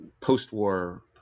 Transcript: post-war